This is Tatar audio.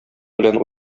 белән